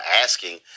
asking